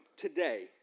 today